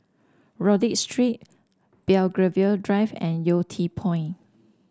Rodyk Street Belgravia Drive and Yew Tee Point